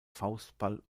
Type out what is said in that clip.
faustball